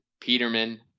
Peterman